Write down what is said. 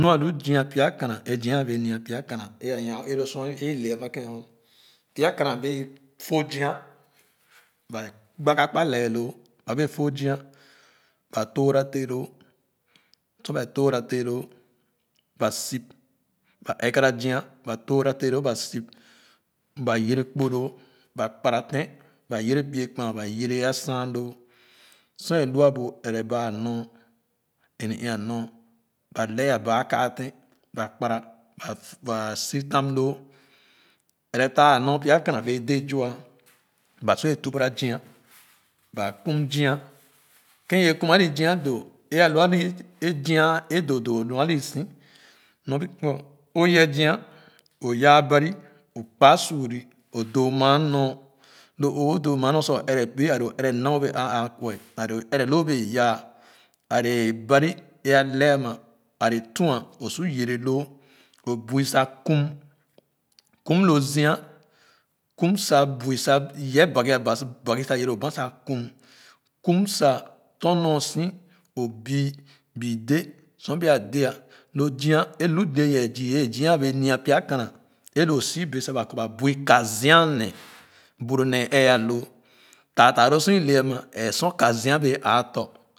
Nu lu zia pia kan é zia a bee nyaa pya kana e nya loe sor a lee a ma kèn ama pya kana bee fo zia ba gbaa a kpa lee loo ba bee fo zia ba tora teh loo sor bae tora teh loo ba sip ba egara zia ba tora teh loo ba sip ba yere kpo, ser loo ba kpara tèn ba yere pya kpan ba yere a saan loo sor alu bu ebere a nor ini-ii a nor ba lee a ba akaa tèn ba kpara ba sifam loo ere taa anor loo pya kana bee dé zua ba suwee tubara zia ba kum zia kèn è bee kum alii zia doo é alu alii zia é doo doo alii so oye zia o yaa baro o kpa suurè o doo maa nor loo o doo maa nor sa o ere pee ale o ere nam o bee aa aakue ale o ere lo o bee yaa ale ban e a le ama ale tuan o su yere loo o buu sa kum kum lo zia kum sa buo sa ye ba kia ba ba ki sa yere bu banh sa kum kum sa tɔn ɔɔn so o bii bi dé sor bia dé ah lo zia é lo le ye zii a bee nua pya kana e loo au bee sa ba kɔ ba bui ka zia a he bu nor nee ee aloo taa taa lo sor e le ama a mu sor ka zia bee aa tɔ.